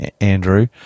Andrew